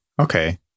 okay